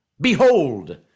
Behold